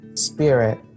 spirit